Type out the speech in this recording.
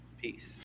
Peace